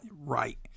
right